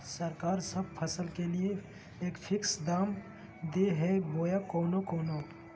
सरकार सब फसल के लिए एक फिक्स दाम दे है बोया कोनो कोनो?